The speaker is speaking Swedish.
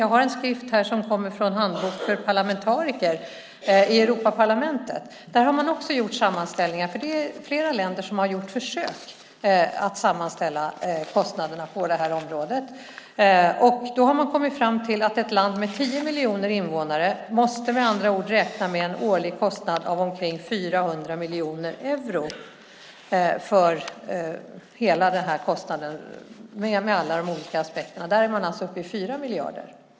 Jag har här en handbok för parlamentariker från Europaparlamentet där man har gjort sammanställningar, och flera länder har gjort försök att sammanställa kostnaderna på det här området. Då har man kommit fram till att ett land med 10 miljoner invånare måste räkna med en årlig kostnad på omkring 400 miljoner euro med alla de olika aspekterna. Där är man alltså uppe i 4 miljarder.